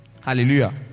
Hallelujah